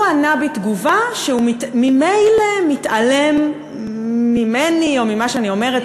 הוא ענה בתגובה שהוא ממילא מתעלם ממני או ממה שאני אומרת,